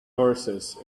horses